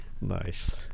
Nice